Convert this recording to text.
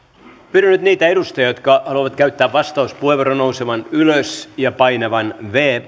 pyydän nyt niiden edustajien jotka haluavat käyttää vastauspuheenvuoron nousevan ylös ja painavan viides